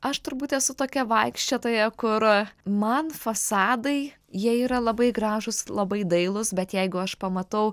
aš turbūt esu tokia vaikščiotoja kur man fasadai jie yra labai gražūs labai dailūs bet jeigu aš pamatau